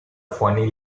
phoney